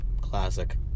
Classic